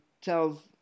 tells